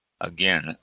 Again